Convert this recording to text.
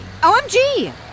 OMG